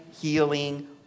healing